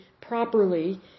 properly